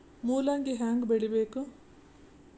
ಮೂಲಂಗಿ ಹ್ಯಾಂಗ ಬೆಳಿಬೇಕು?